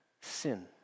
Sin